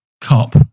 cop